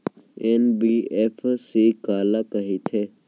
NBFC काला कहिथे?